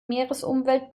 meeresumwelt